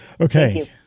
Okay